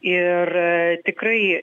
ir tikrai